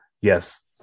yes